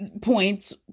points